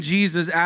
Jesus